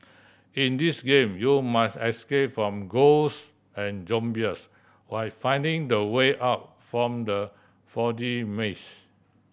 in this game you must escape from ghost and zombies while finding the way out from the foggy maze